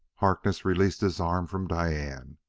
harkness released his arms from diane,